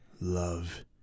love